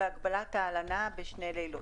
ומדובר על הגבלת ההלנה בשני לילות.